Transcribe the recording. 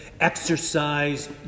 exercise